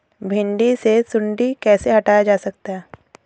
भिंडी से सुंडी कैसे हटाया जा सकता है?